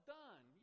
done